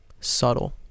Subtle